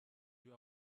you